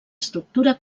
estructura